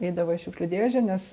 eidavo į šiukšlių dėžę nes